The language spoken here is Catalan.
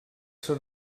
són